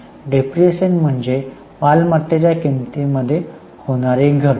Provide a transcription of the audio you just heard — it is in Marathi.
डिप्रीशीएशन म्हणजे मालमत्त्तेच्या किमंतीमध्ये होणारी घट